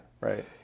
right